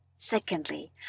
Secondly